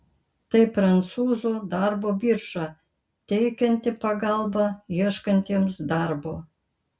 tai prancūzų darbo birža teikianti pagalbą ieškantiems darbo